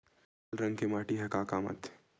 लाल रंग के माटी ह का काम आथे?